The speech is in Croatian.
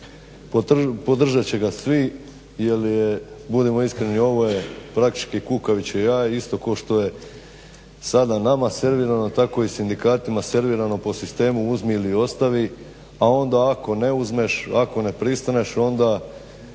Podržat će ga svi jer je budimo iskreni ovo je praktički kukavičje jaje isto kao što je sada nama servirano tako i sindikatima servirano po sistemu uzmi ili ostavi, a onda ako ne uzmeš ako ne pristaneš onda